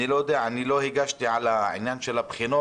אני לא הגשתי על העניין של הבחינות,